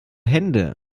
hände